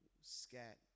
scat